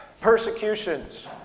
persecutions